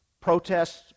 Protests